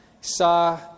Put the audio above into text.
saw